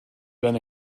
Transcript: been